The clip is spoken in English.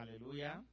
hallelujah